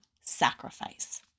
sacrifice